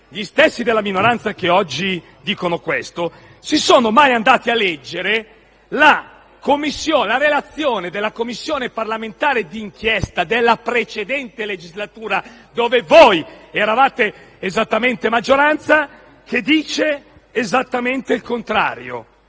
gli stessi della minoranza che oggi dicono questo si sono mai andati a leggere la relazione della Commissione parlamentare d'inchiesta della precedente legislatura, quando voi eravate maggioranza, che dice esattamente il contrario.